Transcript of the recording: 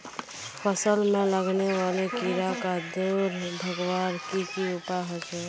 फसल में लगने वाले कीड़ा क दूर भगवार की की उपाय होचे?